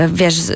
wiesz